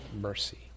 mercy